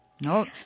No